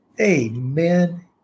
Amen